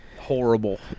Horrible